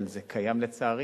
אבל זה קיים לצערי.